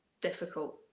difficult